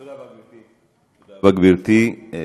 תודה רבה, גברתי.